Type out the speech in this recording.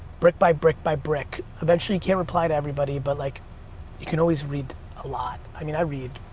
brick by brick by brick eventually you can't reply to everybody but like you can always read a lot. i mean i read,